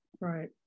Right